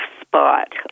spot